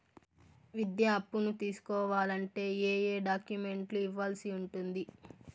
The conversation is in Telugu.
విద్యా అప్పును తీసుకోవాలంటే ఏ ఏ డాక్యుమెంట్లు ఇవ్వాల్సి ఉంటుంది